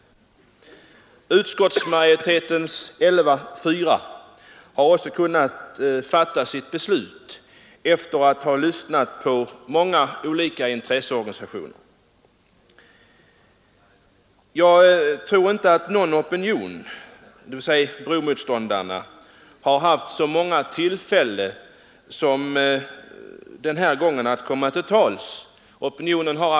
De elva ledamöter som utgör utskottsmajoriteten och de fyra reservanterna har också tagit ställning efter att ha lyssnat på olika intresseorganisationer. Jag tror inte att någon opinion tidigare haft så många tillfällen att komma till tals som bromotståndarna haft.